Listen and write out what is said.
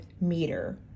meter